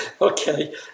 Okay